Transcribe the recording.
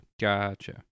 Gotcha